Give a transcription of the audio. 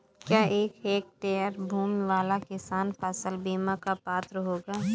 क्या एक हेक्टेयर भूमि वाला किसान फसल बीमा का पात्र होगा?